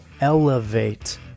elevate